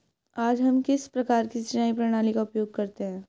आज हम किस प्रकार की सिंचाई प्रणाली का उपयोग करते हैं?